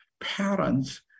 parents